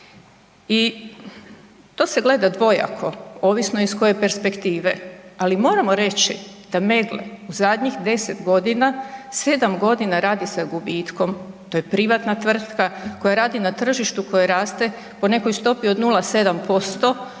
i to se gleda dvojako ovisno iz koje perspektive, ali moramo reći da Meggle u zadnjih 10 godina 7 godina radi sa gubitkom, to je privatna tvrtka koja radi na tržištu koje raste po nekoj stopi od 0,7%,